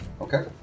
Okay